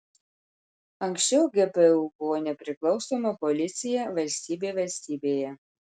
anksčiau gpu buvo nepriklausoma policija valstybė valstybėje